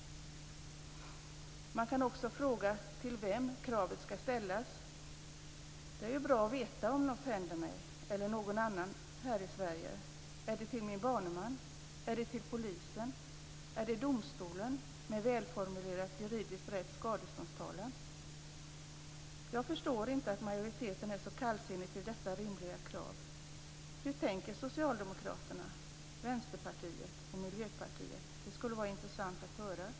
Man kan också fråga sig vem kravet skall ställas till. Det är ju bra att veta om något händer mig eller någon annan här i Sverige. Är det till min baneman? Är det till polisen? Är det till domstolen med en välformulerad och juridiskt riktig skadeståndstalan? Jag förstår inte att majoriteten är så kallsinnig till detta rimliga krav. Hur tänker Socialdemokraterna, Vänsterpartiet och Miljöpartiet? Det skulle vara intressant att höra.